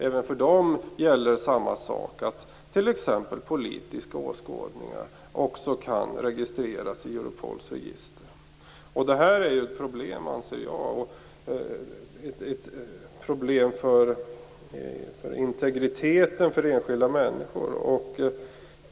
Även för dem gäller samma sak, t.ex. politiska åskådningar kan registreras i Europols register. Jag anser att det är ett problem för integriteten för enskilda människor.